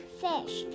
fish